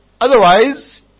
Otherwise